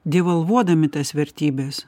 devalvuodami tas vertybes